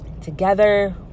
together